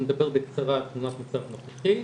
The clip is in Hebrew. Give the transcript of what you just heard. אנחנו נדבר בקצרה על תמונת מצב נוכחית,